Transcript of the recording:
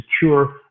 secure